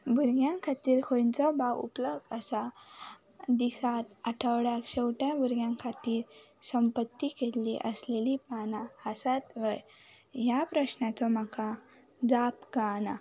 भुरग्यां खातीर खंयचो भाव उपलब्द आसा दिसात आठवड्याक शेवट्या भुरग्यां खातीर संपत्ती केल्ली आसलेली पानां आसात व्हय ह्या प्रस्नाचो म्हाका जाप कळना